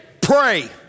pray